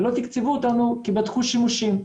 ולא תקצבו אותנו כי בדקו שימושים.